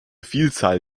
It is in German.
vielzahl